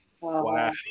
Wow